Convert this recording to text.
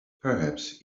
perhaps